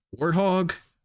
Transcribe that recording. Warthog